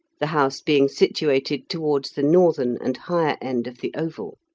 the house being situated towards the northern and higher end of the oval.